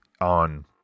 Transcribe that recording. on